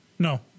No